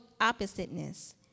oppositeness